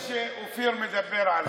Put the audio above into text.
זה בנושא שאופיר מדבר עליו.